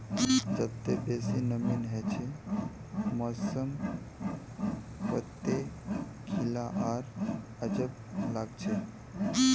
जत्ते बेसी नमीं हछे मौसम वत्ते गीला आर अजब लागछे